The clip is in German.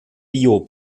bio